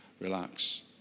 Relax